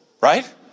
Right